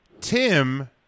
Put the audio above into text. Tim